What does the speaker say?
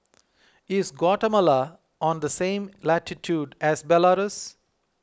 is Guatemala on the same latitude as Belarus